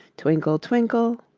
twinkle, twinkle